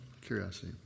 Curiosity